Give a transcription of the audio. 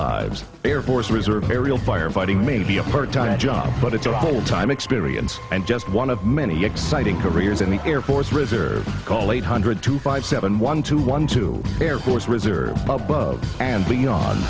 lives air force reserve a real firefighting may be a part time job but it's often a time experience and just one of many exciting careers in the air force reserve call eight hundred two five seven one two one to air force reserves and beyond